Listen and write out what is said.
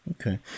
Okay